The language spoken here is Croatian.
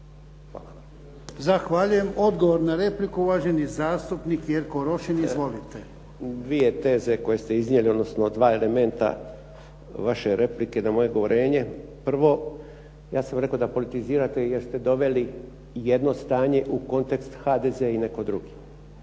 Zahvaljujem. Odgovor na repliku. Uvaženi zastupnik Jerko Rošin. Izvolite. **Rošin, Jerko (HDZ)** Dvije teze koje ste iznijeli, odnosno dva elementa vaše replike na moje govorenje. Prvo, ja sam rekao da politizirate jer ste doveli jedno stanje u kontekst HDZ i netko drugi.